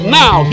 now